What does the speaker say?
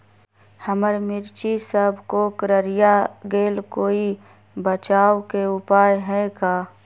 हमर मिर्ची सब कोकररिया गेल कोई बचाव के उपाय है का?